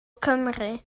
cymru